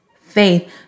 faith